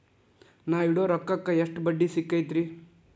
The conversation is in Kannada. ನಾ ಇಡೋ ರೊಕ್ಕಕ್ ಎಷ್ಟ ಬಡ್ಡಿ ಸಿಕ್ತೈತ್ರಿ?